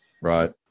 Right